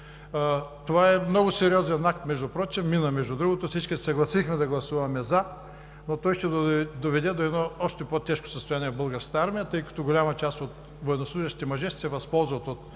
Това е много сериозен акт. Впрочем, мина между другото, всички се съгласиха да гласуваме „за“, но той ще доведе до едно още по-тежко състояние в българската армия, тъй като голяма част от военнослужещите мъже ще се възползват от